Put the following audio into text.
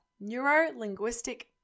neuro-linguistic